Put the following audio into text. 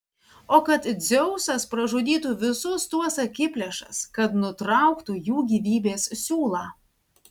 o kad dzeusas pražudytų visus tuos akiplėšas kad nutrauktų jų gyvybės siūlą